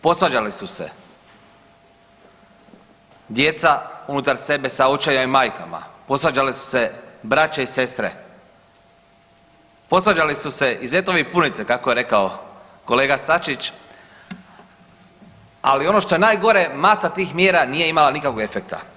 Posvađale su se djeca unutar sebe sa očevima i majkama, posvađale su se braća i sestre, posvađali su se i zetovi i punice kako je rekao kolega Sačić, ali ono što je najgore masa tih mjera nije imala nikakvog efekta.